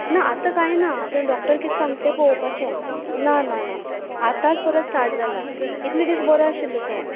ना आतां कांय ना आतां डाॅक्टर कितें सांगता तें पळोवपाचें ना ना ना आतांच परत स्टार्ट जालां इतले दीस बरो आशिल्लो तो